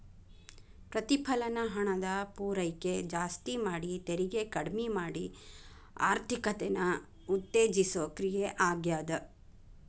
ಪ್ರತಿಫಲನ ಹಣದ ಪೂರೈಕೆ ಜಾಸ್ತಿ ಮಾಡಿ ತೆರಿಗೆ ಕಡ್ಮಿ ಮಾಡಿ ಆರ್ಥಿಕತೆನ ಉತ್ತೇಜಿಸೋ ಕ್ರಿಯೆ ಆಗ್ಯಾದ